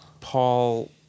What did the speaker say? Paul